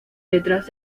detrás